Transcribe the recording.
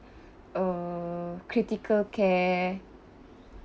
uh critical care